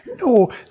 No